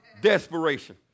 Desperation